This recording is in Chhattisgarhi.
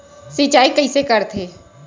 सिंचाई कइसे करथे?